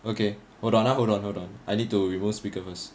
okay hold on ah hold on hold on I need to remove speaker first